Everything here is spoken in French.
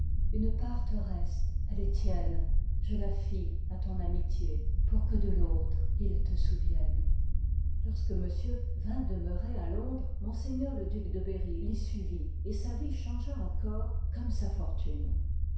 une part te reste elle est tienne je la fie à ton amitié pour que de l'autre il te souvienne lorsque monsieur vint demeurer à londres m le duc de berry fy suivit et sa vie changea encore comme sa fortune